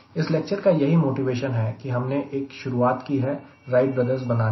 इस लेक्चर का यही मोटिवेशन है कि हमने एक शुरुआत की है राइट ब्रदर्स बनाने की